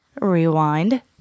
rewind